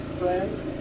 friends